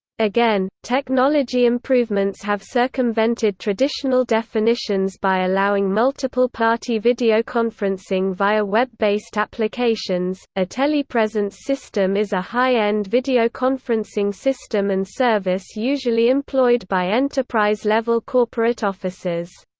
again, technology improvements have circumvented traditional definitions by allowing multiple party videoconferencing via web-based applications a telepresence system is a high-end videoconferencing system and service usually employed by enterprise-level corporate offices.